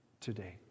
today